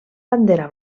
bandera